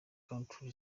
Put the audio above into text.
country